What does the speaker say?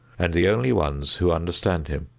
and the only ones who understand him.